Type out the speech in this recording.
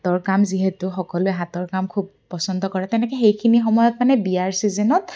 হাতৰ কাম যিহেতু সকলোৱে হাতৰ কাম খুব পচন্দ কৰে তেনেকে সেইখিনি সময়ত মানে বিয়াৰ ছিজনত